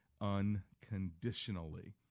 unconditionally